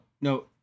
no